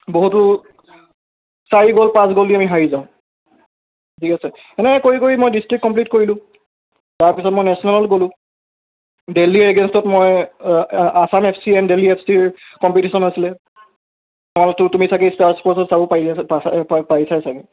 বহুতো চাৰি গ'ল পাঁচ গ'ল দি আমি হাৰি যাওঁ ঠিক আছে সেনেকৈ কৰি কৰি মই ডিষ্ট্ৰিক কমপ্লিট কৰিলোঁ তাৰপিছত মই নেচনেলত গ'লোঁ ডেলহী এগেইন্সটত মই Assam F C and Delhi F চিৰ কম্পিটিছন আছিলে তাৰপৰা তুমি চাগৈ ইষ্টাৰ ইস্পৰ্টছত চাব পাৰিলাহেতেন পাইছাই পাৰিছাই চাগৈ